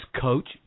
coach